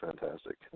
fantastic